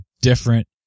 different